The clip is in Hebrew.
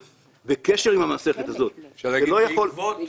ובקשר למסכת הזו זה לא יכול להיות --- בעקבות,